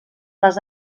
les